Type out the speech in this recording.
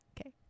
Okay